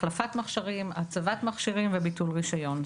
החלפת מכשירים, הצבת מכשירים וביטול רישיון.